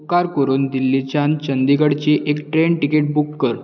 उपकार करून दिल्लीच्यान चंडीगढची एक ट्रेन तिकेट बूक कर